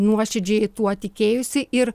nuoširdžiai tuo tikėjusi ir